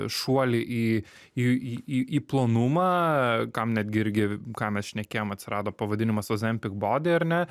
šuolį į į į į į plonumą kam netgi irgi ką mes šnekėjom atsirado pavadinimas ozempik body ar ne